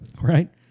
Right